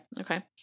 Okay